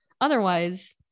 Otherwise